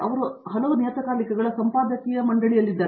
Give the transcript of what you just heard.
ಅವರು ಹಲವು ನಿಯತಕಾಲಿಕಗಳ ಸಂಪಾದಕೀಯ ಮಂಡಳಿಯಲ್ಲಿದ್ದಾರೆ